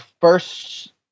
first